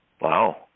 Wow